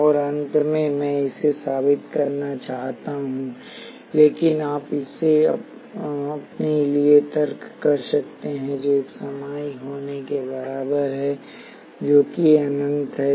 और अंत में मैं इसे साबित करना चाहता हूं लेकिन आप इसे अपने लिए तर्क कर सकते हैं जो एक समाई होने के बराबर है जो कि अनंत है